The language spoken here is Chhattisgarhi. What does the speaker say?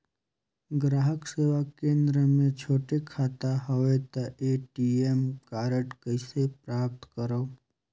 ग्राहक सेवा केंद्र मे छोटे खाता हवय त ए.टी.एम कारड कइसे प्राप्त करव?